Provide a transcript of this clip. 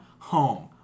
Home